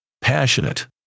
passionate